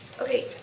Okay